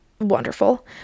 Wonderful